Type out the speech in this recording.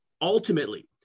ultimately –